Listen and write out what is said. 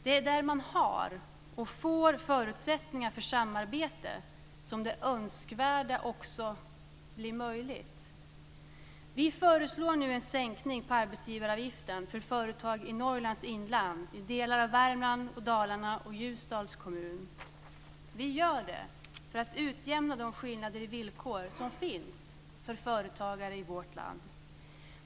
Det är där man har och får förutsättningar för samarbete som det önskvärda också blir möjligt. Vi föreslår nu en sänkning av arbetsgivaravgiften för företag i Norrlands inland, i delar av Värmland och Dalarna och i Ljusdals kommun. Vi gör det för att utjämna de skillnader i villkor som finns för företagare i vårt land.